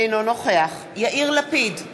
אינו נוכח יאיר לפיד,